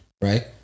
right